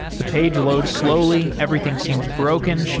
the page loads slowly. everything seems broken.